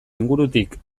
ingurutik